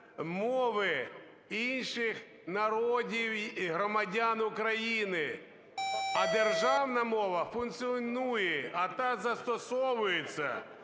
мови інших народів і громадян України. А державна мова функціонує та застосовується,